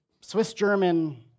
Swiss-German